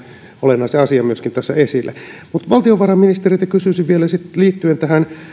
olennaisen asian tässä esille mutta valtiovarainministeriltä kysyisin vielä liittyen tähän